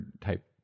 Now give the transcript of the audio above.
type